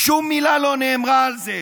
שום מילה לא נאמרה על זה.